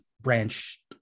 branch